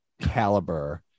caliber